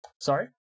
Sorry